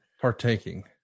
partaking